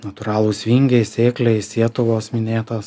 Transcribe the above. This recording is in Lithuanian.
natūralūs vingiai sėkliai sietuvos minėtos